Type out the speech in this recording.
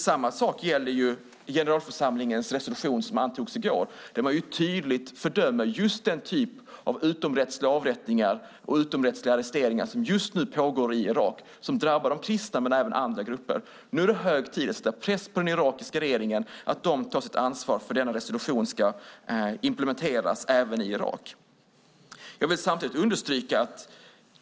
Samma sak gäller generalförsamlingens resolution som antogs i går där man tydligt fördömer den typ av utomrättsliga avrättningar och utomrättsliga arresteringar som just nu pågår i Irak som drabbar de kristna men även andra grupper. Nu är det hög tid att sätta press på den irakiska regeringen att den ska ta sitt ansvar för att denna resolution ska implementeras även i Irak.